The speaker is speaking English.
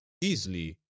easily